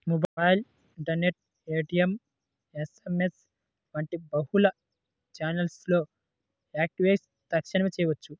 mobile, internet, ATM, SMS వంటి బహుళ ఛానెల్లలో యాక్సెస్ తక్షణ చేయవచ్చు